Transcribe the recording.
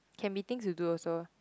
can meetings to do also